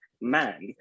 man